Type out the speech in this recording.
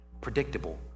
Predictable